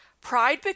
Pride